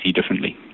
differently